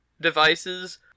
devices